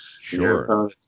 Sure